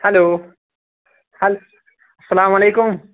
hello ہیل اسلام علیکُم